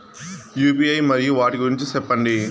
UPI మరియు వాటి గురించి సెప్పండి?